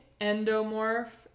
endomorph